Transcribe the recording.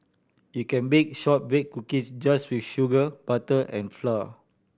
you can bake shortbread cookies just with sugar butter and flour